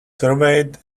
surveyed